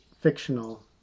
fictional